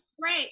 great